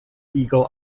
eagle